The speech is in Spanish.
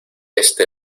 este